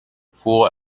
full